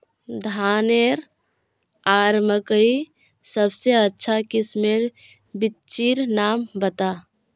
धानेर आर मकई सबसे अच्छा किस्मेर बिच्चिर नाम बता?